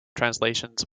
translations